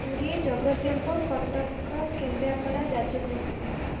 Puri Jagatsinghpur Cuttack Kendrapara Jajpur